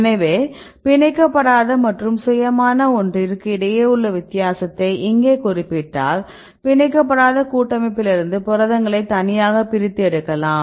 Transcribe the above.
எனவே பிணைக்கபடாத மற்றும் சுயமான ஒன்றிற்கு இடையே உள்ள வித்தியாசத்தை இங்கே குறிப்பிட்டால் பிணைக்கபடாத கூட்டமைப்பிலிருந்து புரதங்களை தனியாக பிரித்து எடுக்கலாம்